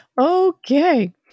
Okay